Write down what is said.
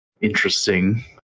interesting